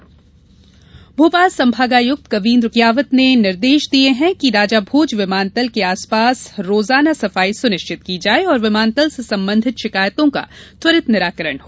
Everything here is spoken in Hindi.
भोज विमानतल भोपाल संभागायुक्त कवीन्द्र कियावत ने निर्देश दिये हैं कि राजाभोज विमानतल के आसपास रोजाना सफाई सुनिश्चित की जाये और विमानतल से संबंधित शिकायतों का त्वरित निराकरण हो